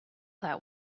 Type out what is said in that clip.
that